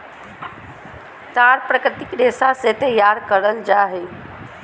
तार प्राकृतिक रेशा से तैयार करल जा हइ